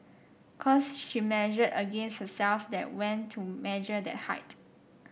cos she measured against herself then went to measure that height